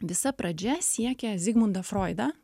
visa pradžia siekia zigmundą froidą